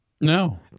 No